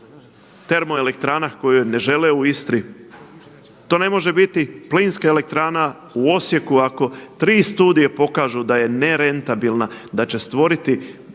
termoelektrana koju ne žele u Istri. To ne može biti plinska elektrana u Osijeku. Ako tri studije pokažu da je nerentabilna, da će stvoriti